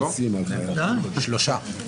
שלושה.